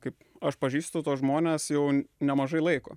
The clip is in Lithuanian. kaip aš pažįstu tuos žmones jau nemažai laiko